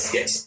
Yes